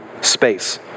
space